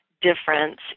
difference